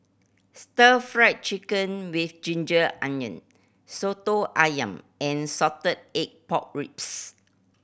Stir Fried Chicken with ginger onion Soto Ayam and salted egg pork ribs